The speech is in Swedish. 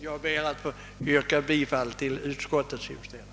Jag ber att få yrka bifall till utskottets hemställan.